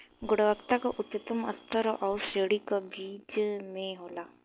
गुणवत्ता क उच्चतम स्तर कउना श्रेणी क बीज मे होला?